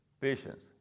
patience